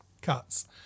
cuts